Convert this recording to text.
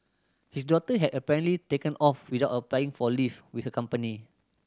his daughter had apparently taken off without applying for leave with her company